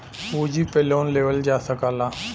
पूँजी पे लोन लेवल जा सकला